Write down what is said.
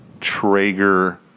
Traeger